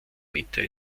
meter